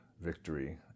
victory